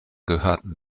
gehörten